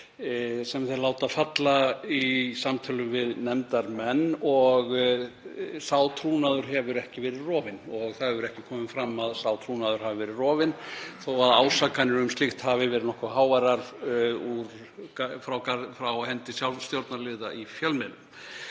sem þeir láta falla í samtölum við nefndarmenn. Sá trúnaður hefur ekki verið rofinn og það hefur ekki komið fram að sá trúnaður hafi verið rofinn þótt ásakanir um slíkt hafi verið nokkuð háværar frá hendi stjórnarliða í fjölmiðlum.